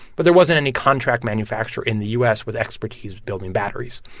but there wasn't any contract manufacturer in the u s. with expertise building batteries.